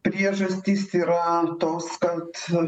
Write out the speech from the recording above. priežastys yra tos kad